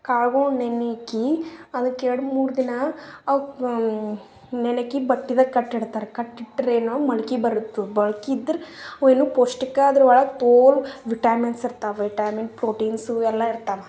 ಕಾಳುಗಳು ನೆನಿಕ್ಕಿ ಅದಕ್ಕೆ ಎರಡು ಮೂರು ದಿನ ಅವು ನೆನಿಕ್ಕಿ ಬಟ್ಟೆದಕ್ ಕಟ್ಟಿಡ್ತರ ಕಟ್ಟಿಟ್ರೆನು ಮೊಳ್ಕೆ ಬರುತ್ವು ಮೊಳ್ಕೆ ಇದ್ರೆ ಅವು ಏನು ಪೌಷ್ಟಿಕ ಅದರ ಒಳಗೆ ತೋಲ್ ವಿಟಾಮಿನ್ಸ್ ಇರ್ತಾವೆ ವಿಟಾಮಿನ್ ಪ್ರೋಟೀನ್ಸು ಎಲ್ಲ ಇರ್ತಾವೆ